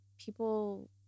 people